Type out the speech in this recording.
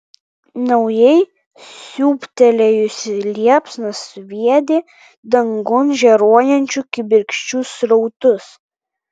naujai siūbtelėjusi liepsna sviedė dangun žėruojančių kibirkščių srautus